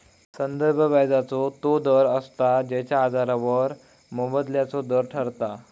संदर्भ व्याजाचो तो दर असता जेच्या आधारावर मोबदल्याचो दर ठरता